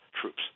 troops